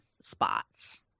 spots